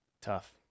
Tough